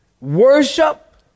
Worship